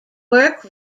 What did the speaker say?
work